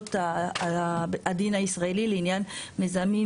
בדרישות הדין הישראלי לעניין מזהמים